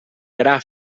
gra